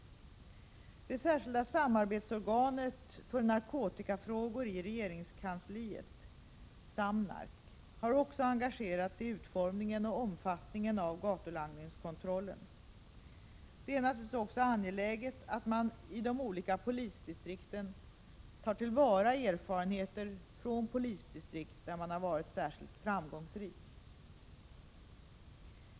Det särskilda samarbetsorganet för narkotikafrågor i regeringskansliet, Samnark, har också engagerat sig i utformningen och omfattningen av gatulangningskontrollen. Det är naturligtvis också angeläget att man i de olika polisdistrikten tar till vara erfarenheter från polisdistrikt där man varit särskilt framgångsrik.